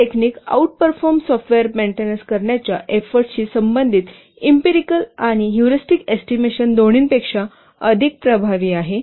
हे technique outperform software maintenance करण्याच्या एफोर्टशी संबंधित इम्पिरिकल आणि हयूरिस्टिक एस्टिमेशन दोन्हीपेक्षा अधिक प्रभावी आहे